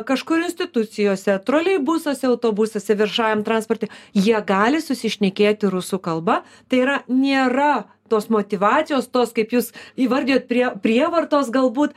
kažkur institucijose troleibusuose autobusuose viešajam transporte jie gali susišnekėti rusų kalba tai yra nėra tos motyvacijos tos kaip jūs įvardijot prie prievartos galbūt